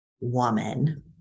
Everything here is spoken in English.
woman